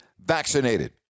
vaccinated